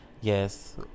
Yes